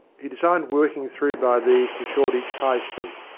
he designed working through by these to shoreditch high street,